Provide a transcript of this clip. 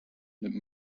nimmt